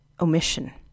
omission